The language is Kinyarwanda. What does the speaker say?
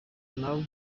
nabo